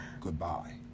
Goodbye